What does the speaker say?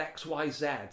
XYZ